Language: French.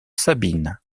sabine